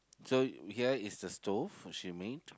so here is the stove she made